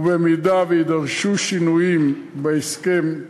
ובמידה שיידרשו שינויים בהסכם,